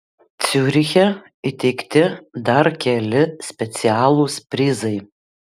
ciuriche įteikti dar keli specialūs prizai